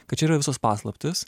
kad čia yra visos paslaptys